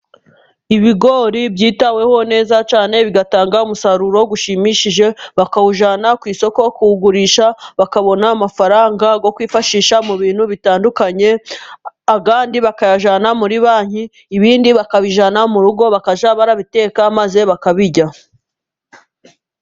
Ibigori byitaweho neza cyane, bigatanga umusaruro ushimishije bakawujyana ku isoko kuwugurisha bakabona amafaranga yo kwifashisha mu bintu bitandukanye, ayandi abakayajyana kuri banki, ibindi bakabijyana mu rugo bakajya babiteka maze bakabirya.